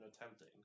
attempting